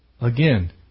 Again